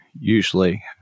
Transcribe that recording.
usually